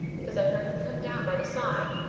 because i heard him come down by the side.